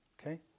Okay